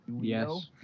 Yes